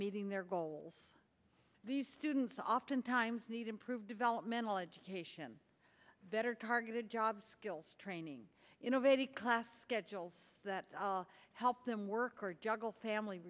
meeting their goals these students oftentimes need improve developmental education better targeted job skills training innovative class schedules that help them work or juggle family